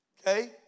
okay